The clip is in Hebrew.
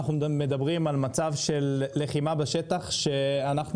אנחנו מדברים על מצב של לחימה בשטח שאנחנו